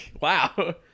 wow